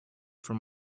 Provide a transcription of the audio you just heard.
from